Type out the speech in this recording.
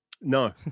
No